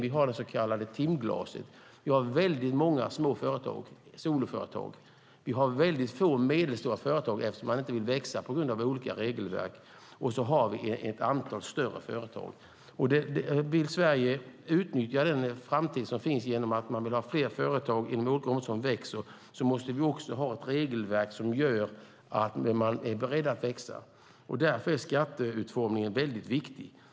Vi har det så kallade timglaset. Vi har många små företag, soloföretag. Vi har få medelstora företag eftersom de inte vill växa på grund av olika regelverk. Och så har vi ett antal större företag. Om Sverige vill utnyttja framtiden genom att få fler företag som växer måste vi också ha ett regelverk som gör att de är beredda att växa. Därför är skatteutformningen mycket viktig.